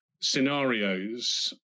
scenarios